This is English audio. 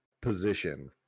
position